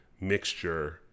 mixture